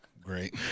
Great